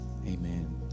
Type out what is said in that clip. Amen